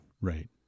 Right